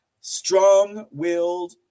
Strong-willed